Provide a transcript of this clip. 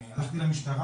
א.ש: אני הלכתי למשטרה,